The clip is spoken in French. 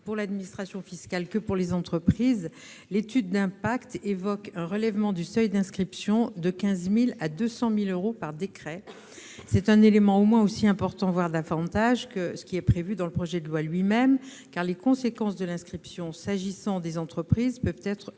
pour l'administration fiscale que pour les entreprises, l'étude d'impact évoque un relèvement du seuil d'inscription de 15 000 à 200 000 euros par décret. Il s'agit d'un élément aussi important, voire davantage, que ce qui est prévu dans le projet de loi lui-même, car les conséquences de l'inscription peuvent être